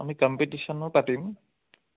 আমি কম্পিটিশনো পাতিম